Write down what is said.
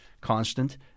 constant